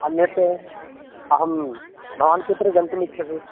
अन्यत् अहं भवान् कुत्र गन्तुमिच्छसि